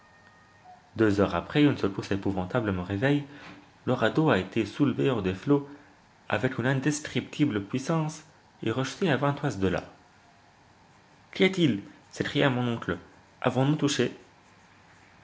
deux heures après une secousse épouvantable me réveille le radeau a été soulevé hors des flots avec une indescriptible puissance et rejeté à vingt toises de là qu'y a-t-il s'écria mon oncle avons-nous